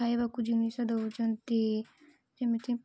ଖାଇବାକୁ ଜିନିଷ ଦେଉଛନ୍ତି ଯେମିତି